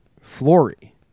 Flory